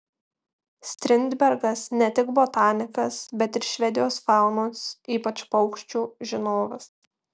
strindbergas ne tik botanikas bet ir švedijos faunos ypač paukščių žinovas